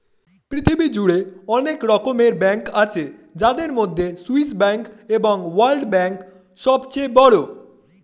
পৃথিবী জুড়ে অনেক রকমের ব্যাঙ্ক আছে যাদের মধ্যে সুইস ব্যাঙ্ক এবং ওয়ার্ল্ড ব্যাঙ্ক সবচেয়ে বড়